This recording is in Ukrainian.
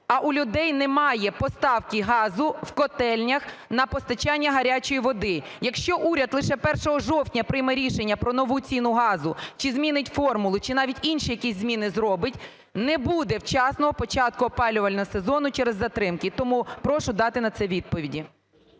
а в людей немає поставки газу в котельнях на постачання гарячої води. Якщо уряд лише 1 жовтня прийме рішення про нову ціну газу чи змінить формулу, чи навіть інші якісь зміни зробить, не буде вчасного початку опалювального сезону через затримки. Тому прошу дати на це відповіді.